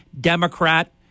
Democrat